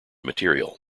material